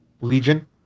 Legion